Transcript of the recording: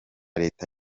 leta